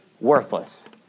worthless